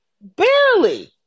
Barely